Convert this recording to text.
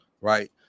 right